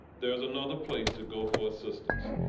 there's another place to go for assistance.